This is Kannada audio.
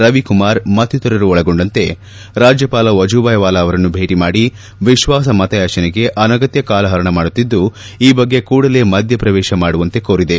ರವಿಕುಮಾರ್ ಮತ್ತಿತರರು ಒಳಗೊಂಡಂತೆ ರಾಜ್ಜಪಾಲ ವಜೂಬಾಯಿ ವಾಲಾ ಅವರನ್ನು ಭೇಟ ಮಾಡಿ ವಿಶ್ವಾಸಮತಯಾಚನೆಗೆ ಅನಗತ್ಯ ಕಾಲಹರಣ ಮಾಡುತ್ತಿದ್ದು ಈ ಬಗ್ಗೆ ಕೂಡಲೇ ಮಧ್ಯಪ್ರವೇಶ ಮಾಡುವಂತೆ ಕೋರಿದೆ